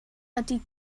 ydy